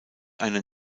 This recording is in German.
eine